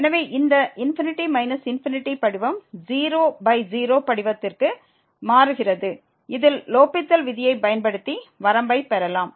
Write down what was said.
எனவே இந்த ∞∞ படிவம் 00 படிவத்திற்கு மாறுகிறது இதில் லோப்பித்தல் விதியைப் பயன்படுத்தி வரம்பைப் பெறலாம்